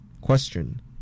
Question